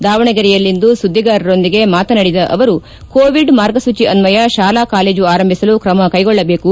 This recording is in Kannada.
ದಾವಣಗೆರೆಯಲ್ಲಿಂದು ಸುದ್ದಿಗಾರರೊಂದಿಗೆ ಮಾತನಾಡಿದ ಅವರು ಕೋವಿಡ್ ಮಾರ್ಗಸೂಚಿ ಅನ್ವಯ ಶಾಲಾ ಕಾಲೇಜು ಆರಂಭಿಸಲು ಕ್ರಮ ಕ್ಲೆಗೊಳ್ಟಬೇಕು